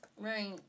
right